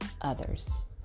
others